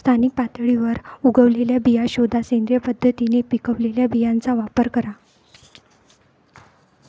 स्थानिक पातळीवर उगवलेल्या बिया शोधा, सेंद्रिय पद्धतीने पिकवलेल्या बियांचा वापर करा